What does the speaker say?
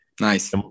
nice